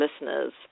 listeners